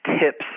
tips